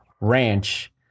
ranch